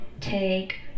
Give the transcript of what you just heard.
take